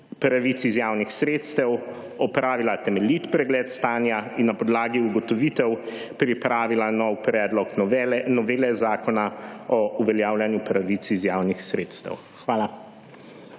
pravic iz javnih sredstev opravila temeljit pregled stanja in na podlagi ugotovitev pripravila nov predlog novele zakona o uveljavljanju pravic iz javnih sredstev. Hvala.